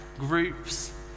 groups